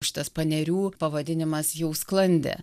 šitas panerių pavadinimas jau sklandė